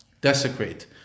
desecrate